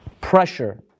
pressure